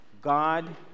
God